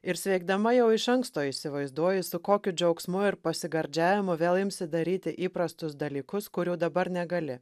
ir sveikdama jau iš anksto įsivaizduoji su kokiu džiaugsmu ir pasigardžiavimu vėl imsi daryti įprastus dalykus kurių dabar negali